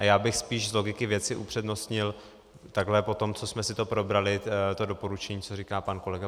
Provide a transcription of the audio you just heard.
A já bych spíš z logiky věci upřednostnil takhle potom, co jsme si to probrali, to doporučení, co říká pan kolega Benda.